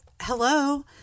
hello